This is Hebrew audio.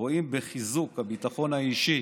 רואים בחיזוק הביטחון האישי